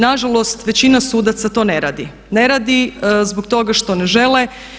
Nažalost većina sudaca to ne radi, ne radi zbog toga što ne žele.